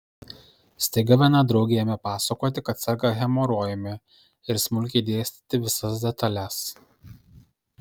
staiga viena draugė ėmė pasakoti kad serga hemorojumi ir smulkiai dėstyti visas detales